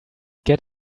get